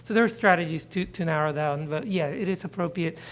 there are strategies to to narrow down, but yeah, it is appropriate,